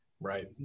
Right